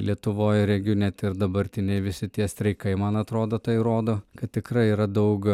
lietuvoj regiu net ir dabartiniai visi tie streikai man atrodo tai rodo kad tikrai yra daug